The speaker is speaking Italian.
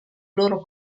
loro